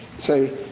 so,